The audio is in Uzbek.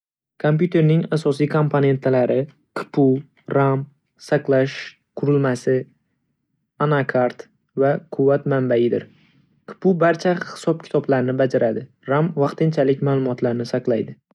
Kompyuterning asosiy komponentlari CPU, RAM, saqlash qurilmasi, anakart va quvvat manbaidir. CPU barcha hisob-kitoblarni bajaradi. RAM vaqtinchalik ma'lumotlarni saqlaydi.